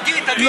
תגיד, תגיד.